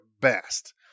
best